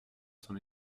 son